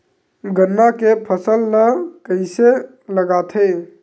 गन्ना के फसल ल कइसे लगाथे?